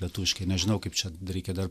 lietuviškai nežinau kaip čia reikia dar